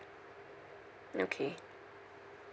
okay